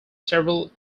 several